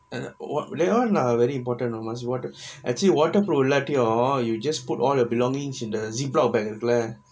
what leon are very important must water actually waterproof இல்லாட்டியும்:illaatiyum you just put all your belongings in the ziplock bag இருக்குல:irukkula